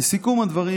לסיכום הדברים,